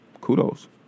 kudos